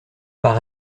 par